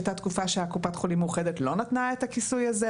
הייתה תקופה שקופת חולים מאוחדת לא נתנה את הכיסוי הזה.